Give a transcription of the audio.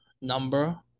number